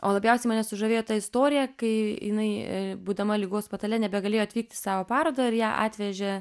o labiausiai mane sužavėjo ta istorija kai jinai būdama ligos patale nebegalėjo atvykti į savo parodą ir ją atvežė